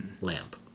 lamp